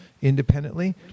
independently